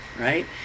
right